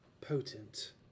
potent